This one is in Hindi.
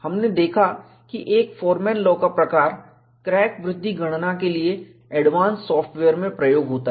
हमने देखा कि एक फोरमैन लॉ का प्रकार क्रैक वृद्धि गणना के लिए एडवांस सॉफ्टवेयर में प्रयोग होता है